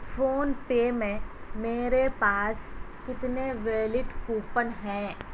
phone پے میں میرے پاس کتنے ویلڈ کوپن ہیں